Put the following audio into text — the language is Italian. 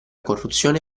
corruzione